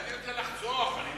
אני רוצה לחלוק.